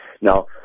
Now